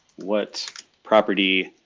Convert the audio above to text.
what property